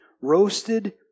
roasted